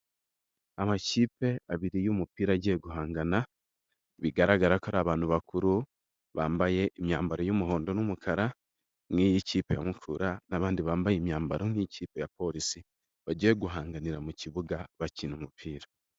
Amakipe abiri y'umupira agiye guhangana, bigaragara ko ari abantu bakuru, bambaye imyambaro y'umuhondo n'umukara, nk'iyikipe ya Mukura n'abandi bambaye imyambaro nk'ikipe ya polisi, bagiye guhanganira mu kibuga bakina umupira.